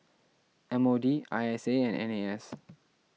M O D I S A and N A S